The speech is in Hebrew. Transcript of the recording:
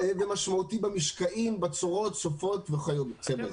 ומשמעותי במשקעים, בצורות, סופות וכיוצא בזה.